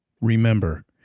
Remember